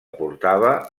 portava